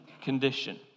condition